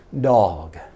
dog